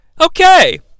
Okay